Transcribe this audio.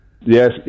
Yes